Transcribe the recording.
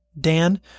Dan